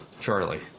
Charlie